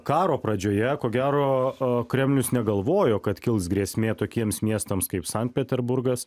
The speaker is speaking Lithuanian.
karo pradžioje ko gero kremlius negalvojo kad kils grėsmė tokiems miestams kaip sankt peterburgas